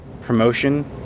Promotion